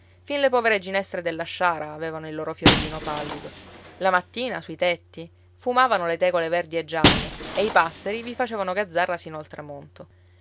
fin le povere ginestre della sciara avevano il loro fiorellino pallido la mattina sui tetti fumavano le tegole verdi e gialle e i passeri vi facevano gazzarra sino al tramonto